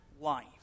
life